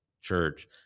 church